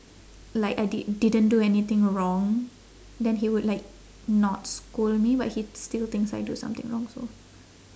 like I did didn't do anything wrong then he would like not scold me but he still thinks I do something wrong so